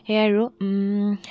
সেয়ে আৰু